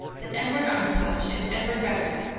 that edward armitage is edward beverley,